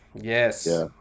Yes